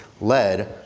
led